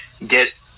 Get